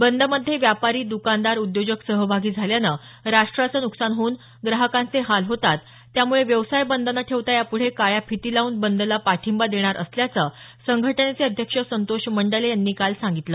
बंदमध्ये व्यापारी द्कानदार उद्योजक सहभागी झाल्यानं राष्ट्राचं नुकसान होऊन ग्राहकांचे हाल होतात त्यामुळे व्यवसाय बंद न ठेवता यापुढे काळ्या फिती लाऊन बंदला पाठिंबा देणार असल्याचं संघटनेचे अध्यक्ष संतोष मंडले यांनी काल सांगितलं